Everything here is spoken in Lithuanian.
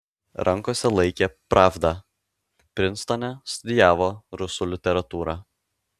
rankose laikė pravdą prinstone studijavo rusų literatūrą